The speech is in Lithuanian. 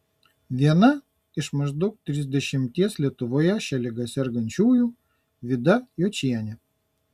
viena iš maždaug trisdešimties lietuvoje šia liga sergančiųjų vida jočienė